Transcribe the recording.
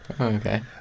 Okay